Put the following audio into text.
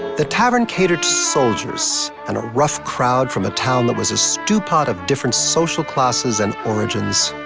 the tavern catered to soldiers and a rough crowd from a town that was a stew pot of different social classes and origins.